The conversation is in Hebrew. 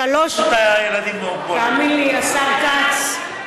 את הילדים, תאמין לי, השר כץ,